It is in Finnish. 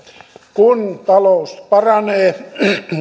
kun talous paranee